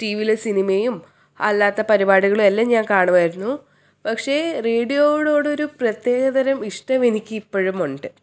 T വിയിലെ സിനിമയും അല്ലാത്ത പരിപാടികളും എല്ലാം ഞാൻ കാണുമായിരുന്നു പക്ഷേ റേഡിയോയോട് ഒരു പ്രത്യേകതരം ഇഷ്ടം എനിക്കിപ്പോഴും ഉണ്ട്